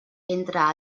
entre